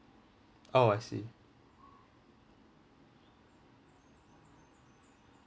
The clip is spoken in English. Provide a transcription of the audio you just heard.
orh I see